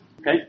Okay